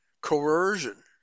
coercion